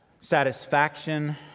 satisfaction